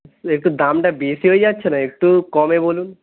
সে একটু দামটা বেশি হয়ে যাচ্ছে না একটু কমে বলুন